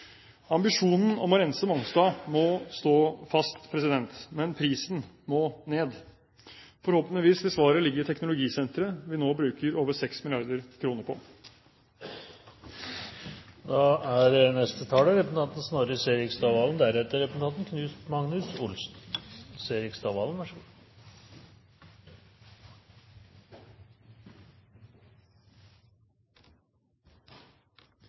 Ambisjonen om å rense Mongstad må stå fast, men prisen må ned. Forhåpentligvis vil svaret ligge i teknologisenteret vi nå bruker over 6 mrd. kr på. Aller først vil jeg bare bemerke at dette, så vidt jeg vet, er